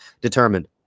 determined